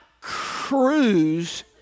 cruise